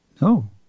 No